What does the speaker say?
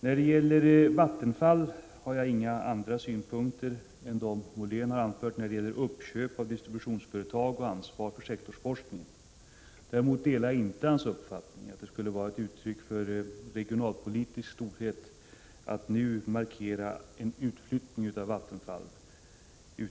När det gäller Vattenfall har jag inga andra synpunkter än dem som Per-Richard Molén anfört beträffande uppköp av distributörer och ansvar för sektorsforskningen. Däremot delar jag inte Per-Richards Moléns uppfattning att det skulle vara ett uttryck för god regionalpolitik att nu uttrycka önskemål om en utflyttning av Vattenfall.